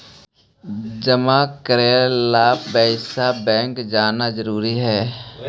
जमा करे ला पैसा बैंक जाना जरूरी है?